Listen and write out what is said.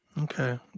okay